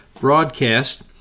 broadcast